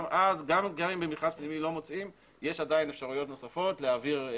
גם אם במכרז פנימי לא מוצאים יש עדיין אפשרויות נוספות להעביר,